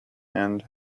and